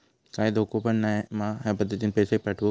काय धोको पन नाय मा ह्या पद्धतीनं पैसे पाठउक?